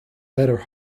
better